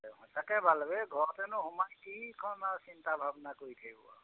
সচাকৈ ভাল হ'ব এই ঘৰতেনো সোমাই কিখন আৰু চিন্তা ভাৱনা কৰি থাকিব আৰু